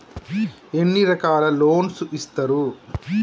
ఎన్ని రకాల లోన్స్ ఇస్తరు?